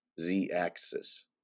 Z-axis